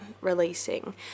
releasing